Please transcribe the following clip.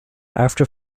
after